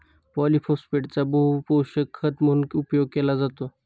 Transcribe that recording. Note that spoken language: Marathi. पॉलिफोस्फेटचा बहुपोषक खत म्हणून उपयोग केला जातो